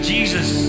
Jesus